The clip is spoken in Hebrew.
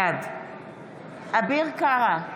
בעד אביר קארה,